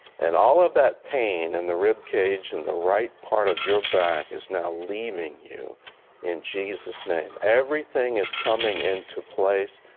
and all of that pain in the rib cage, in the right part of your back, is now leaving you in jesus' name. everything is coming into place.